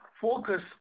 focus